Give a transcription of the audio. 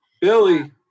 Billy